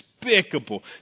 despicable